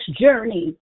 journey